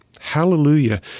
Hallelujah